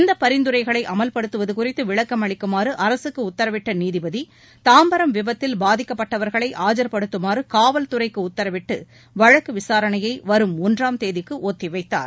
இந்தப் பரிந்துரைகளை அமல்படுத்துவது குறித்து விளக்கமளிக்குமாறு அரசுக்கு உத்தரவிட்ட நீதிபதி தாம்பரம் விபத்தில் பாதிக்கப்பட்டவர்களை ஆஜர்படுத்துமாறு காவல் துறைக்கு உத்தரவிட்டு வழக்கு விசாரணையை வரும் ஒன்றாம் தேதிக்கு வைத்தார்